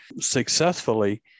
successfully